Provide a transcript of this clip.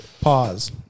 pause